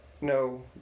No